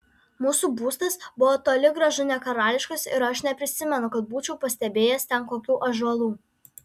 mūsų būstas buvo toli gražu ne karališkas ir aš neprisimenu kad būčiau pastebėjęs ten kokių ąžuolų